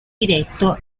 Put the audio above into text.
diretto